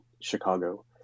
Chicago